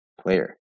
player